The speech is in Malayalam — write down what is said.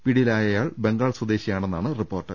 പിടിയിലായയാൾ ബംഗാൾ സ്വദേശിയാണെന്നാണ് റിപ്പോർട്ട്